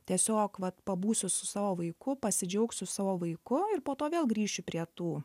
tiesiog vat pabūsiu su savo vaiku pasidžiaugsiu savo vaiku ir po to vėl grįšiu prie tų